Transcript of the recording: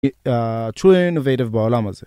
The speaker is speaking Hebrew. ‏true innovative בעולם הזה.